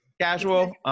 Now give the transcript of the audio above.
Casual